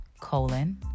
colon